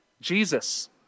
Jesus